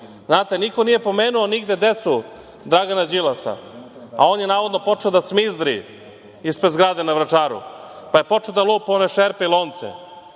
ćuti. Znate, niko nije pomenuo nigde decu Dragana Đilasa, a on je navodno počeo da cmizdri ispred zgrade na Vračaru, pa je počeo da lupa u one šerpe i lonce,